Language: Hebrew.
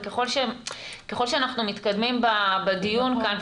וככל שאנחנו מתקדמים בדיון כאן,